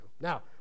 Now